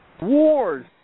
Wars